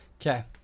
Okay